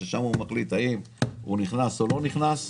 ששם הוא מחליט האם הוא נכנס או לא נכנס.